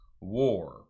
war